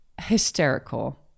hysterical